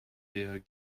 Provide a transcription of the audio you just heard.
der